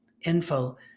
Info